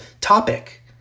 topic